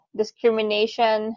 discrimination